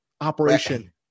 operation